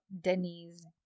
Denise